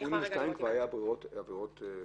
ב-82 כבר היו עבירות קנס?